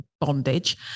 bondage